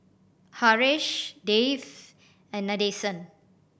Haresh Dev and Nadesan